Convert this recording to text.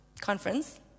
conference